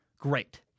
great